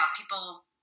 people